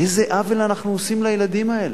איזה עוול אנחנו עושים לילדים האלה?